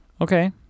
Okay